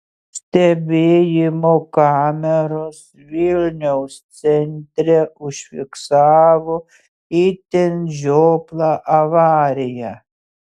stebėjimo kameros vilniaus centre užfiksavo itin žioplą avariją